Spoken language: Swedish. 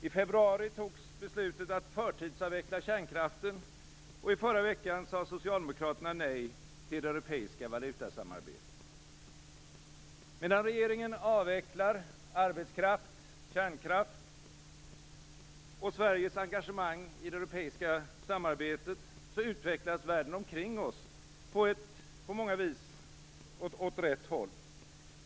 I februari fattades beslutet att förtidsavveckla kärnkraften, och i förra veckan sade Medan regeringen avvecklar arbetskraft, kärnkraft och Sveriges engagemang i det europeiska samarbetet, utvecklas världen omkring oss på många sätt åt rätt håll.